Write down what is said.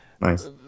Nice